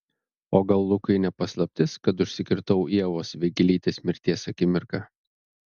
o gal lukui ne paslaptis kad užsikirtau ievos vėgėlytės mirties akimirką